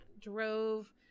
drove